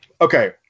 okay